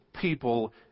people